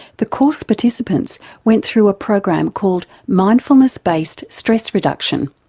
the course participants went through a program called mindfulness-based stress reduction.